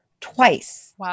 twice